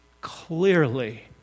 clearly